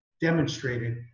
demonstrated